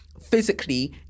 physically